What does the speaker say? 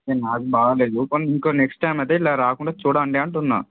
అంటే నాకు బాగాలేదు పోనీ ఇంకో నెక్స్ట్ టైం అదే ఇలా రాకుండా చూడండి అంటున్నా